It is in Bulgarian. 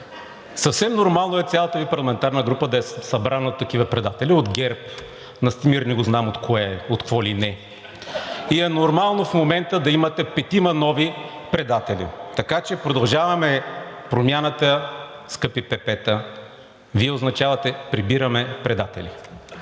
съвсем нормално е и цялата Ви парламентарна група да е от такива предатели – от ГЕРБ, Настимир не го знам от кое е, от какво ли не (смях от ДПС) и е нормално в момента да имате петима нови предатели. Така че „Продължаваме Промяната“ – скъпи ПП-та, Вие означавате „Прибираме Предатели“.